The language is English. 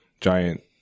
giant